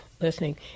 listening